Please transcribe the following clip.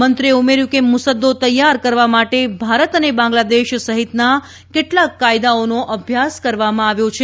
મંત્રીએ ઉમેર્યું કે મુસદ્દો તૈયાર કરવા માટે ભારત અને બાંગ્લાદેશ સહિતના કેટલાંક કાયદાઓનો અભ્યાસ કરવામાં આવ્યો છે